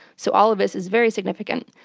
so all of this is very significant.